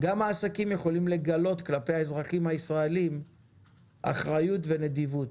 גם העסקים יכולים לגלות כלפי האזרחים הישראלים אחריות ונדיבות,